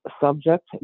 subject